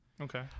okay